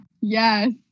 Yes